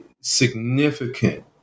significant